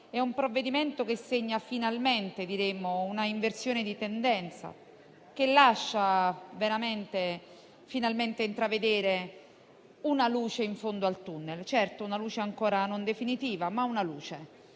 è un provvedimento che segna finalmente una inversione di tendenza e lascia finalmente intravedere una luce in fondo al tunnel; certo, una luce ancora non definitiva, ma una luce.